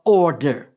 order